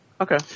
Okay